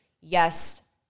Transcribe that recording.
yes